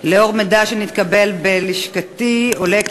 ממידע שנתקבל בלשכתי עולה,